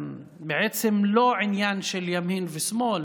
ובעצם לא רק על עניין של ימין ושמאל,